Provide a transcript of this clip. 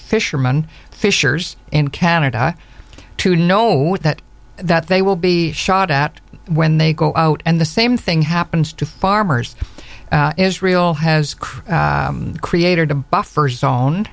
fisherman fishers in canada to know that that they will be shot at when they go out and the same thing happens to farmers israel has crew created a buffer zone